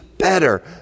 better